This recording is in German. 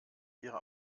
ihre